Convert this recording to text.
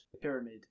pyramid